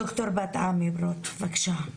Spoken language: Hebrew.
ד"ר בת עמי ברוט, בבקשה.